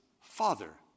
father